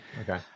Okay